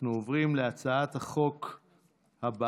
אנחנו עוברים להצעת החוק הבאה,